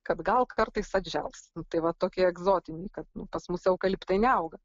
kad gal kartais atžengs tai va tokie egzotiniai kad pas mus eukaliptai neauga